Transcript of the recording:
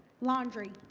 laundry